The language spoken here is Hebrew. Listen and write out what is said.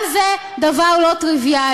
גם זה דבר לא טריוויאלי.